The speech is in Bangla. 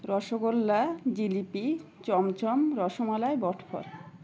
রসগোল্লা জিলিপি চমচম রসমালাযই বটফল